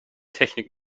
technik